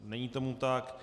Není tomu tak.